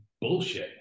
bullshit